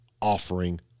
offering